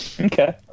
Okay